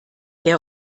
der